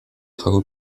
travaux